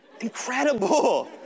Incredible